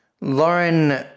Lauren